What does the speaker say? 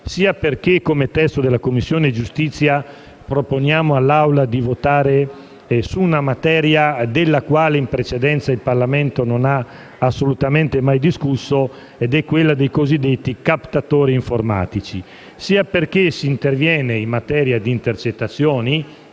sia perché la Commissione giustizia propone all'Assemblea di votare su una materia della quale in precedenza il Parlamento non ha assolutamente mai discusso (quella dei cosiddetti captatori informatici), sia perché si interviene in parte in materia di intercettazioni,